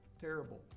terrible